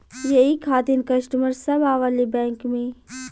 यही खातिन कस्टमर सब आवा ले बैंक मे?